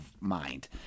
mind